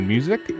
Music